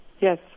yes